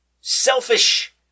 selfish